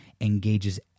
engages